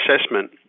assessment